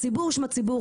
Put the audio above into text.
הציבור שמה ציבור,